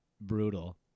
brutal